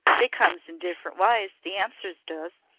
they comes in different wyes the answers does.